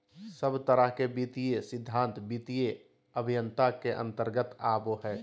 सब तरह के वित्तीय सिद्धान्त वित्तीय अभयन्ता के अन्तर्गत आवो हय